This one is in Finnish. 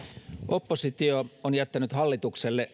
oppositio on jättänyt hallitukselle